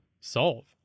solve